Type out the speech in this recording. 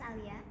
Alia